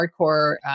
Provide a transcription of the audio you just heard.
hardcore